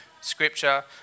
Scripture